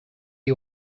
you